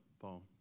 Paul